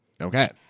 Okay